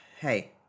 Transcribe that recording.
hey